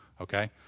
okay